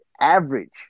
average